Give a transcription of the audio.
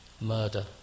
murder